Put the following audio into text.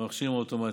במכשירים האוטומטיים: